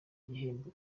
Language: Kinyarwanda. gihembo